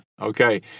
Okay